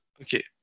okay